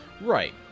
right